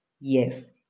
Yes